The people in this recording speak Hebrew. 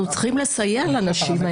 אנחנו צריכים לסייע לאנשים האלה.